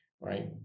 right